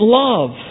love